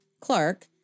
Clark